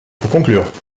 conclure